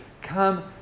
come